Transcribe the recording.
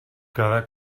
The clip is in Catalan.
cada